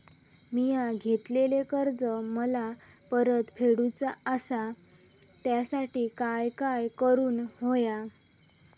मिया घेतलेले कर्ज मला परत फेडूचा असा त्यासाठी काय काय करून होया?